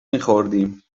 میخوردیم